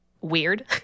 weird